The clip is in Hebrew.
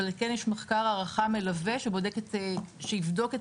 אבל כן יש מחקר הערכה מלווה שיבדוק את